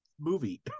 movie